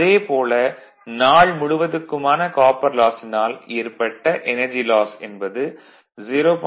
அதே போல் நாள் முழுவதுக்குமான காப்பர் லாஸினால் ஏற்பட்ட எனர்ஜி லாஸ் என்பது 0